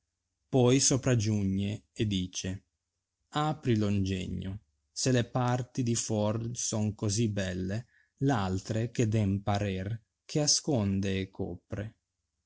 poi sopraggi ugoe e dice apri lo ngegno se le parti di fuor son così belle l altre che den parer che asconde e copre